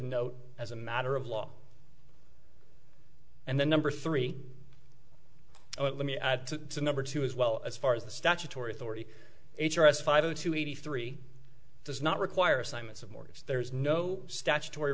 note as a matter of law and then number three let me add to the number two as well as far as the statutory authority h r s five zero two eighty three does not require assignments of mortgages there is no statutory